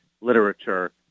literature